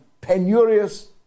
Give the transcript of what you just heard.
penurious